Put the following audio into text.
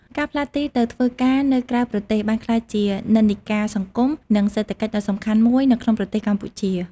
ការផ្លាស់ទីទៅធ្វើការនៅក្រៅប្រទេសបានក្លាយជានិន្នាការសង្គម និងសេដ្ឋកិច្ចដ៏សំខាន់មួយនៅក្នុងប្រទេសកម្ពុជា។